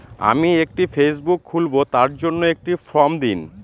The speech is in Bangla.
আমি একটি ফেসবুক খুলব তার জন্য একটি ফ্রম দিন?